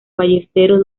ballesteros